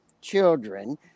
children